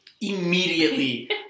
immediately